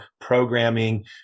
programming